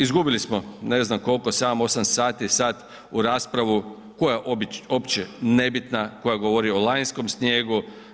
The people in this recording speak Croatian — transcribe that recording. Izgubili smo ne znam koliko, 7-8 sati sad u raspravu koja uopće nebitna koja govori o lanjskom snijegu.